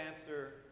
answer